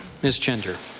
ms. chender.